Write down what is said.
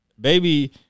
baby